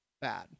bad